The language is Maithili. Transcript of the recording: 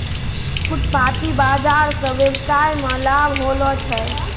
फुटपाटी बाजार स वेवसाय मे लाभ होलो छै